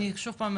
אני שוב פעם,